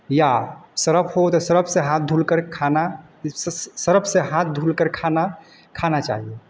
या सरफ हो तो सरफ से हाथ धुलकर खाना इ सरफ से हाथ धुलकर खाना खाना चाहिए